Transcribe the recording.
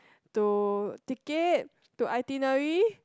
to ticket to itinerary